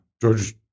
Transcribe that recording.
George